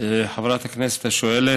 חברת הכנסת השואלת,